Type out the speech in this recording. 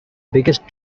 biggest